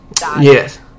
yes